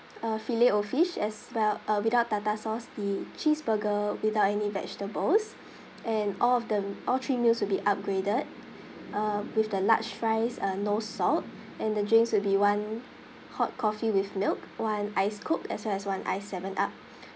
a filet O fish as well uh without tartar sauce the cheeseburger without any vegetables and all of the all three meals will be upgraded uh with the large fries uh no salt and the drinks will be one hot coffee with milk one ice coke as well as one ice Seven Up